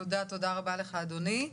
תודה רבה לך, אדוני.